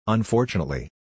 Unfortunately